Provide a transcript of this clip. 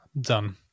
done